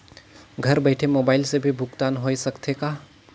घर बइठे मोबाईल से भी भुगतान होय सकथे का?